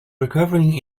recovering